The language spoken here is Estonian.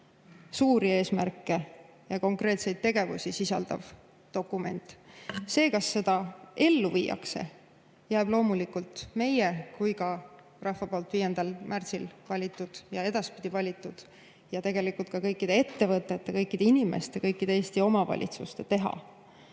suuri eesmärke ja konkreetseid tegevusi sisaldav dokument. See, kas seda ellu viiakse, jääb loomulikult nii meie kui ka nende, keda rahvas 5. märtsil edaspidiseks [siia] valib, aga tegelikult ka kõikide ettevõtete, kõikide inimeste ja kõikide Eesti omavalitsuste teha.